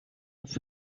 فکر